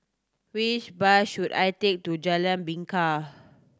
which bus should I take to Jalan Bingka